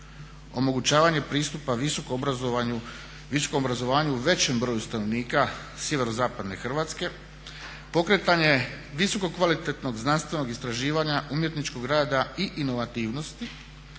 omogućavanje pristupa visokom obrazovanju većem broju stanovnika sjeverozapadne Hrvatske, pokretanje visoko kvalitetnog znanstvenog istraživanja, umjetničkog rada i inovativnosti,